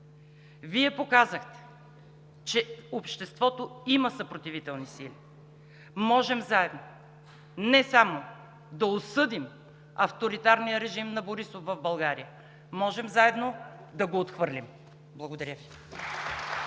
Вие показахте, че обществото има съпротивителни сили, можем заедно не само да осъдим авторитарния режим на Борисов в България, можем заедно да го отхвърлим. Благодаря Ви.